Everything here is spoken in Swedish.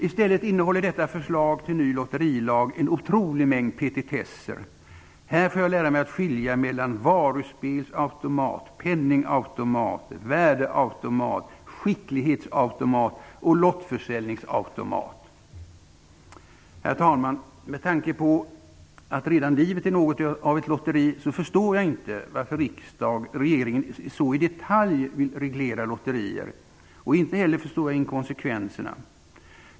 I stället innehåller detta förslag till en ny lotterilag en otrolig mängd petitesser. Här får jag lära mig att skilja mellan varuspelsautomater, penningautomater, värdeautomater, skicklighetsautomater och lottförsäljningsautomater. Herr talman! Med tanke på att redan livet är något av ett lotteri förstår jag inte varför regeringen så i detalj vill reglera lotterier. Jag förstår inte heller inkonsekvensen.